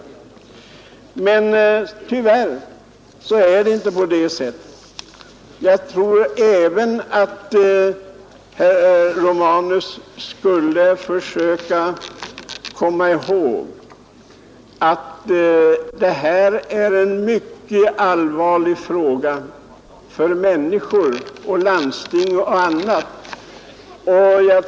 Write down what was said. Tyvärr är det inte på det sättet. Även herr Romanus borde försöka komma ihåg att detta är en mycket allvarlig fråga för människor och för landsting.